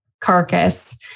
carcass